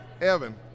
evan